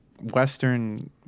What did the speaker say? western